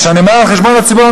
כשאני אומר על חשבון הציבור,